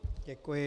Děkuji.